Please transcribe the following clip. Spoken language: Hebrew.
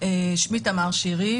שמי תמר שירי,